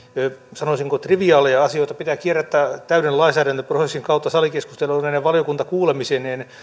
sanoisinko triviaaleja asioita pitää kierrättää täyden lainsäädäntöprosessin kautta salikeskusteluineen ja valiokuntakuulemisineen